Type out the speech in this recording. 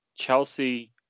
Chelsea